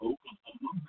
Oklahoma